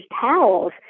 towels